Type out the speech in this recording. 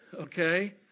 okay